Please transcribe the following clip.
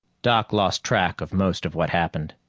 doc lost track of most of what happened.